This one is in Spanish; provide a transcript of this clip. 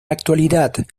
actualidad